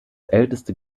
älteste